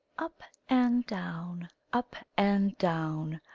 up and down, up and down,